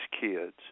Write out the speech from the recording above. kids